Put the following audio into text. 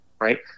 right